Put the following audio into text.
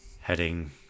Heading